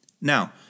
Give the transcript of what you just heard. Now